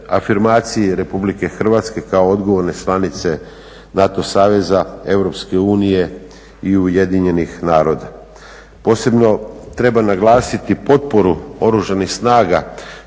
afirmaciji Republike Hrvatske kao odgovorne članice NATO saveza, Europske unije i Ujedinjenih naroda. Posebno treba naglasiti potporu oružanih snaga